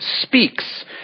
speaks